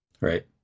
Right